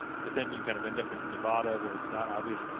but then you kind of end up in nevada where it's not obvious.